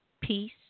peace